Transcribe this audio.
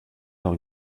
leur